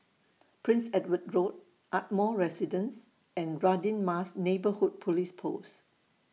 Prince Edward Road Ardmore Residence and Radin Mas Neighbourhood Police Post